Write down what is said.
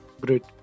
great